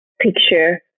picture